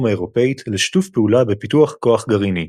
האירופית לשיתוף פעולה בפיתוח כוח גרעיני.